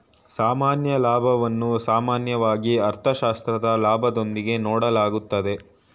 ಸಾಮಾನ್ಯ ಲಾಭವನ್ನು ಸಾಮಾನ್ಯವಾಗಿ ಅರ್ಥಶಾಸ್ತ್ರದ ಲಾಭದೊಂದಿಗೆ ನೋಡಲಾಗುತ್ತದೆ